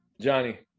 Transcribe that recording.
Johnny